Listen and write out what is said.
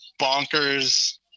bonkers